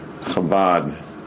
Chabad